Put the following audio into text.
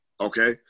Okay